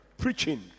preaching